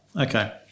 okay